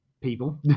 People